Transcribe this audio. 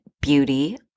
beauty